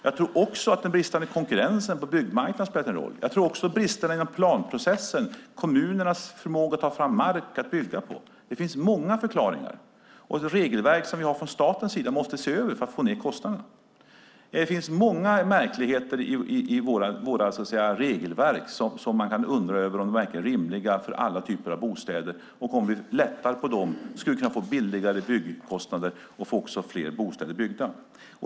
Jag tror också att den bristande konkurrensen på byggmarknaden spelat roll liksom bristerna i planprocessen och kommunernas förmåga att ta fram mark att bygga på. Det finns många förklaringar. De regelverk vi har från statens sida måste ses över för att få ned kostnaden. Det finns många märkligheter i våra regelverk, och man kan undra om de verkligen är rimliga för alla typer av bostäder. Om vi lättade på dem skulle vi kunna få billigare byggkostnader och fler bostäder byggda.